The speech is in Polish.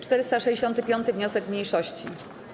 465. wniosek mniejszości.